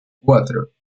cuatro